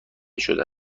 شده